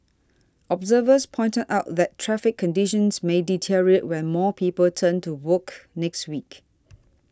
observers pointed out that traffic conditions may deteriorate when more people return to work next week